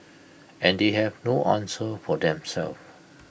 and they have no answer for themselves